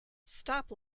stop